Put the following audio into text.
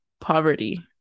poverty